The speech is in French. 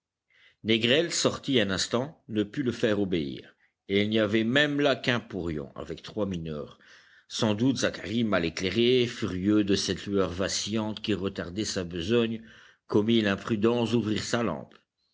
négrel sorti un instant ne put le faire obéir et il n'y avait même là qu'un porion avec trois mineurs sans doute zacharie mal éclairé furieux de cette lueur vacillante qui retardait sa besogne commit l'imprudence d'ouvrir sa lampe